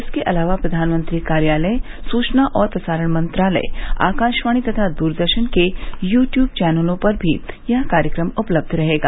इसके अलावा प्रधानमंत्री कार्यालय सुचना और प्रसारण मंत्रालय आकाशवाणी तथा द्रदर्शन के यू ट्यूब चैनलों पर भी यह कार्यक्रम उपलब्ध रहेगा